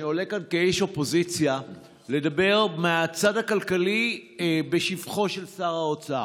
אני עולה כאן כאיש אופוזיציה לדבר מהצד הכלכלי בשבחו של שר האוצר.